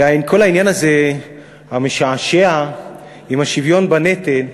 וכל העניין הזה, המשעשע, עם השוויון בנטל,